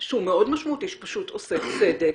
משמעותי שייצור צדק,